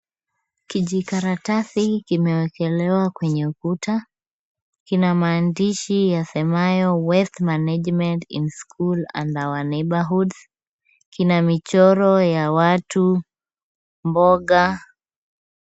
Kijikaratasi kimewekelewa kwenye ukuta. Kina maandishi yasemao waste management in school and our neighbourhood . Kina michoro ya watu, mboga.